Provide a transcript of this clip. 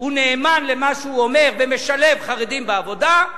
הוא נאמן למה שהוא אומר ומשלב חרדים בעבודה,